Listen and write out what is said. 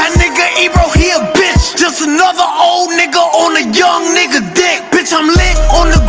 um nigga ebro, he a bitch just another old nigga on a young nigga dick bitch i'm lit on